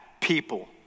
people